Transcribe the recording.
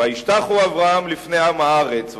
וישתחו אברהם לפני עם הארץ.